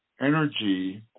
energy